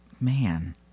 Man